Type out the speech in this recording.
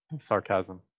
sarcasm